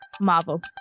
Marvel